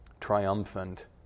triumphant